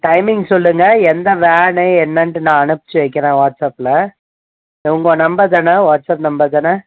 timing சொல்லுங்க எந்த van என்னென்ட்டு நான் அனுப்பிச்சு வைக்கிறேன் வாட்ஸ்அப்பில் இது உங்கள் நம்பர் தானே வாட்ஸ்அப் நம்பர் தானே